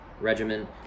regimen